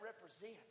represent